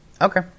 Okay